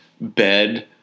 bed